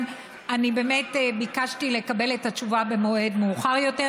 אני באמת ביקשתי לקבל את התשובה במועד מאוחר יותר,